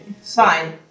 Fine